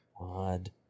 Odd